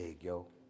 yo